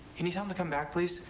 can you tell him to come back, please?